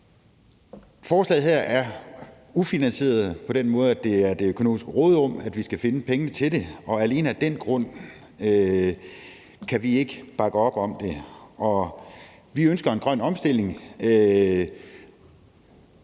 Forslaget her er ufinansieret på den måde, at det er inden for det økonomiske råderum, at vi skal finde pengene til det, og alene af den grund kan vi ikke bakke op om det. Vi ønsker en grøn omstilling,